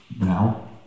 Now